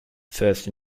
first